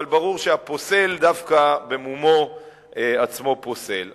אבל ברור שהפוסל דווקא במומו עצמו פוסל.